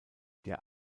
der